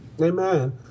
Amen